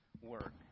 work